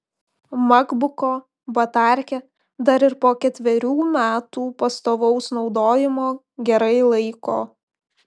makbuko batarkė dar ir po ketverių metų pastovaus naudojimo gerai laiko